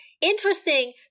Interesting